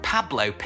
Pablo